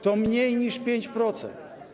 To mniej niż 5%.